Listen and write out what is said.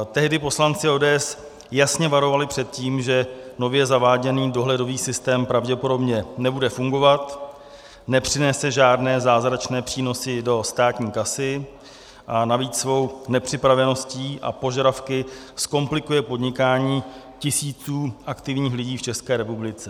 Tehdy poslanci ODS jasně varovali před tím, že nově zaváděný dohledový systém pravděpodobně nebude fungovat, nepřinese žádné zázračné přínosy do státní kasy a navíc svou nepřipraveností a požadavky zkomplikuje podnikání tisícům aktivních lidí v České republice.